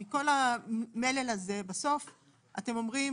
שמכל המלל הזה, בסוף מה שנגיד זה: